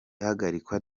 ihagarikwa